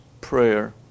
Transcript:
prayer